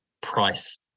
price